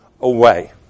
away